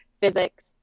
physics